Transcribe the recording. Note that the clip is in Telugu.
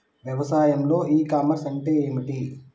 వ్యవసాయంలో ఇ కామర్స్ అంటే ఏమిటి?